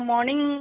morning